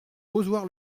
ozoir